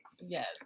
yes